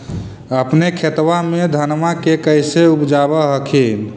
अपने खेतबा मे धन्मा के कैसे उपजाब हखिन?